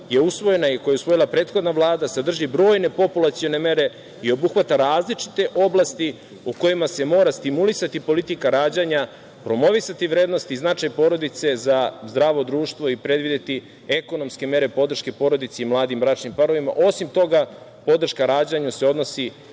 je usvojena i koju je usvojila prethodna Vlada sadrži brojne populacione mere i obuhvata različite oblasti u kojima se mora stimulisati politika rađanja, promovisati vrednosti i značaj porodice za zdravo društvo i predvideti ekonomske mere podrške porodici i mladim bračnim parovima. Osim toga, podrška rađanja se odnosi